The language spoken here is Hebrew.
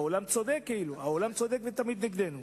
העולם צודק כאילו, העולם צודק ותמיד נגדנו.